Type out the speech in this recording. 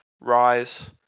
rise